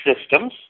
systems